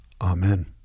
Amen